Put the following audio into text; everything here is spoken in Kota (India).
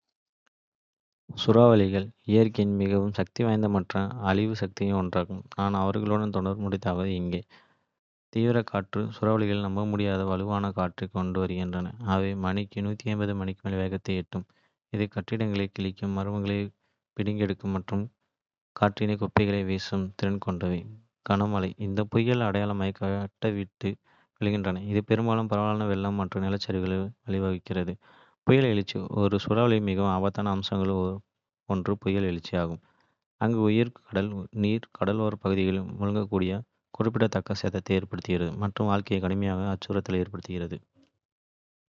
சூறாவளிகள் இயற்கையின் மிகவும் சக்திவாய்ந்த மற்றும் அழிவு சக்திகளில் ஒன்றாகும். நான் அவர்களுடன் தொடர்புபடுத்துவது இங்கே. தீவிர காற்று சூறாவளிகள் நம்பமுடியாத வலுவான காற்றைக் கொண்டு வருகின்றன, அவை மணிக்கு 150 மைல் வேகத்தை எட்டும், இது கட்டிடங்களை கிழிக்கும், மரங்களை பிடுங்கும் மற்றும். காற்றில் குப்பைகளை வீசும் திறன் கொண்டது. கனமழை, இந்த புயல்கள் அடைமழையை கட்டவிழ்த்து விடுகின்றன, இது பெரும்பாலும் பரவலான வெள்ளம் மற்றும் நிலச்சரிவுகளுக்கு வழிவகுக்கிறது. புயல் எழுச்சி ஒரு சூறாவளியின் மிகவும் ஆபத்தான அம்சங்களில் ஒன்று புயல் எழுச்சி ஆகும், அங்கு உயரும் கடல் நீர் கடலோரப் பகுதிகளை மூழ்கடித்து, குறிப்பிடத்தக்க. சேதத்தை ஏற்படுத்துகிறது மற்றும் வாழ்க்கைக்கு கடுமையான அச்சுறுத்தலை ஏற்படுத்துகிறது.